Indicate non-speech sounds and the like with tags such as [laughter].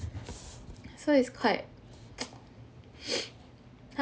so it's quite [noise] !huh!